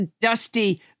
dusty